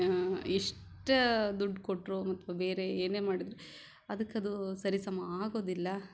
ಎಷ್ಟು ದುಡ್ಡು ಕೊಟ್ಟರೂ ಅಥವಾ ಬೇರೆ ಏನೇ ಮಾಡಿದರೂ ಅದಕ್ಕದು ಸರಿಸಮ ಆಗೋದಿಲ್ಲ